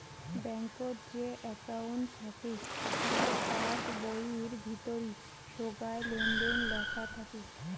ব্যাঙ্কত যে একউন্ট থাকি তার পাস বইয়ির ভিতরি সোগায় লেনদেন লেখা থাকি